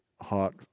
heart